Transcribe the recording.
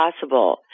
possible